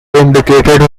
indicated